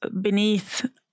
beneath